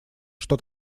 что